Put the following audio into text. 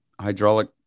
hydraulic